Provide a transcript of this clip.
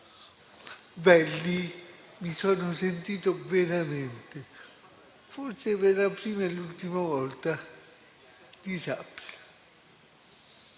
Beh, lì mi sono sentito veramente, forse per la prima e l'ultima volta, disabile.